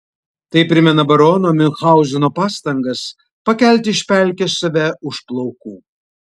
tai primena barono miunchauzeno pastangas pakelti iš pelkės save už plaukų